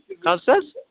کَتِس حظ